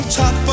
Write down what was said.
top